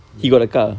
ya